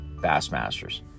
Bassmasters